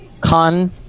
con